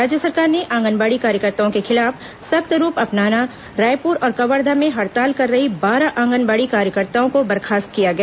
राज्य सरकार ने आंगनबाड़ी कार्यकर्ताओं के खिलाफ सख्त रूख अपनाया रायपुर और कवर्धा में हड़ताल कर रही बारह आंगनबाड़ी कार्यकर्ताओं को बर्खास्त किया गया